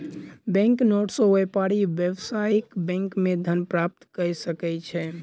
bank note सॅ व्यापारी व्यावसायिक बैंक मे धन प्राप्त कय सकै छै